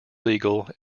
legal